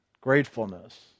Gratefulness